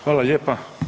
Hvala lijepa.